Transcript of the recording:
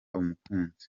umukunzi